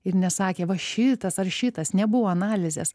ir nesakė va šitas ar šitas nebuvo analizės